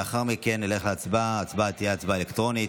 לאחר מכן נלך להצבעה שתהיה הצבעה אלקטרונית,